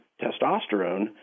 testosterone